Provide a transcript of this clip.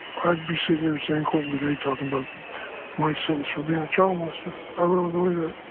i'd be sitting in san quentin today talking about my sins for being a child molester. i really believe that.